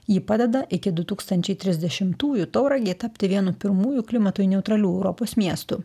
ji padeda iki du tūkstančiai trisdešimtųjų tauragei tapti vienu pirmųjų klimatui neutralių europos miestu